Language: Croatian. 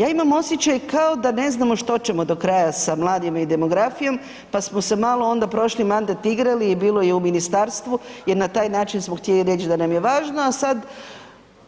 Ja imam osjećaj kao da ne znamo što ćemo do kraja sa mladima i demografijom pa smo se malo onda prošli mandat igrali i bilo je u ministarstvu jer na taj način smo htjeli reći da nam je važno, a sad